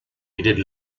needed